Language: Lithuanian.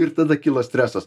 ir tada kyla stresas